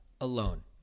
alone